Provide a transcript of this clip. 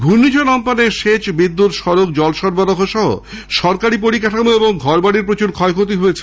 ঘূর্ণিঝড় আমপানে সেচ বিদ্যুৎ সড়কজল সরবরাহসহ সরকারি পরিকাঠামো এবং ঘরবাড়ির প্রচুর ক্ষয়ক্ষতি হয়েছে